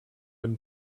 been